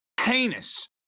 heinous